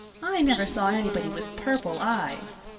i never saw anybody with purple eyes,